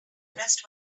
rest